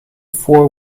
four